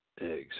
Eggs